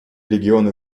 регионы